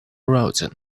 routing